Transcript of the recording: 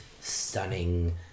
stunning